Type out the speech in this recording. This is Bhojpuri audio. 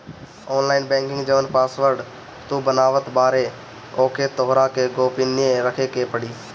ऑनलाइन बैंकिंग जवन पासवर्ड तू बनावत बारअ ओके तोहरा के गोपनीय रखे पे पड़ी